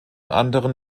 anderen